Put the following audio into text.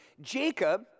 Jacob